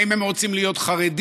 האם הם רוצים להיות חרדים,